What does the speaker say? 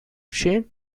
shane